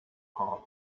hard